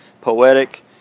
poetic